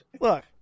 Look